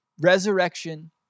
Resurrection